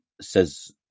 says